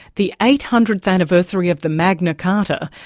the eight hundredth anniversary of the magna carta,